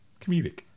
comedic